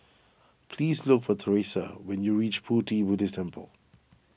please look for theresia when you reach Pu Ti Buddhist Temple